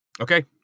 Okay